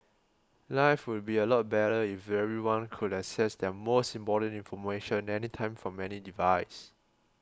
life would be a lot better if everyone could access their most important information anytime from any device